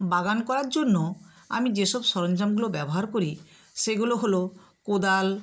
বাগান করার জন্য আমি যে সব সরঞ্জামগুলো ব্যবহার করি সেগুলো হলো কোদাল